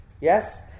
Yes